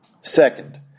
Second